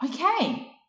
okay